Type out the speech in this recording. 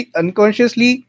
unconsciously